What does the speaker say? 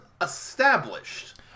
established